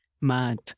mad